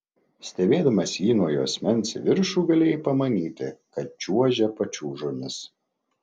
stebėdamas jį nuo juosmens į viršų galėjai pamanyti kad čiuožia pačiūžomis